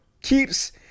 Keeps